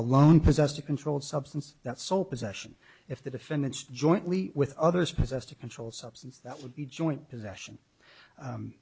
alone possessed a controlled substance that so possession if the defendants jointly with others possessed a controlled substance that would be joint possession